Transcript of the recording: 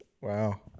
Wow